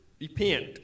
repent